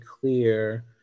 clear